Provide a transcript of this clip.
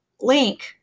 link